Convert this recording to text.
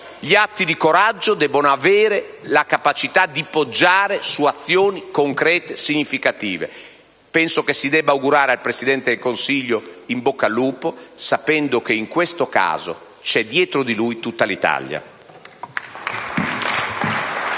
Gli atti di coraggio devono avere la capacità di poggiare su azioni concrete e significative. Penso che si debba augurare al Presidente del Consiglio in bocca al lupo, sapendo che in questo caso c'è dietro di lui tutta l'Italia*.